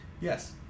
Yes